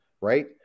right